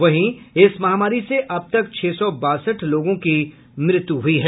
वहीं इस महामारी से अब तक छह सौ बासठ लोगों की मृत्यु हुई है